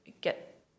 get